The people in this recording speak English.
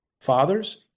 Fathers